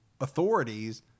authorities